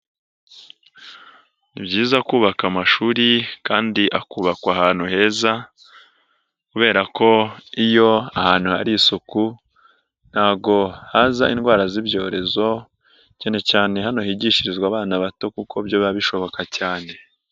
Ni byiza kubaka amashuri kandi akubakwa ahantu heza kubera ko iyo ahantu hari isuku, ntago haza indwara z'ibyorezo, cyane cyane hano higishirizwa abana bato kuko byaba bishoboka cyane.